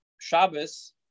Shabbos